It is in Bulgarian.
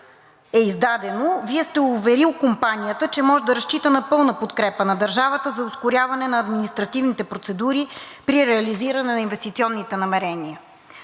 е издадено, Вие сте уверил компанията, че може да разчита на пълна подкрепа на държавата за ускоряване на административните процедури при реализиране на инвестиционните намерения.